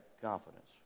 confidence